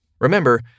Remember